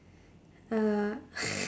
uh